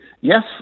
yes